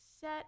set